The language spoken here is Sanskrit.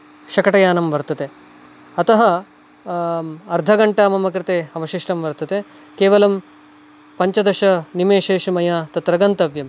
शकटयानं वर्तते अतः अर्धघण्टा मम कृते अवशिष्टं वर्तते केवलं पञ्चदशनिमेशेषु मया तत्र गन्तव्यम्